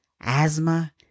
asthma